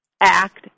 act